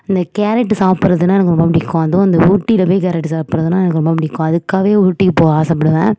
இந்த கேரட்டு சாப்பிடுறதுனா எனக்கு ரொம்ப பிடிக்கும் அதுவும் இந்த ஊட்டியில் போய் கேரட்டு சி சாப்புடுறதுனா எனக்கு ரொம்ப பிடிக்கும் அதுக்காகவே ஊட்டிக்கு போக ஆசைப்படுவேன்